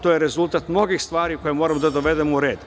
To je rezultat mnogih stvari koje moramo da dovedemo u red.